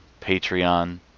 Patreon